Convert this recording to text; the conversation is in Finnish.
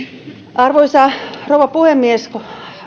arvoisa rouva puhemies